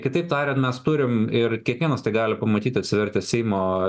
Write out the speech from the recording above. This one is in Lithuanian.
kitaip tariant mes turim ir kiekvienas tai gali pamatyti atsivertę seimo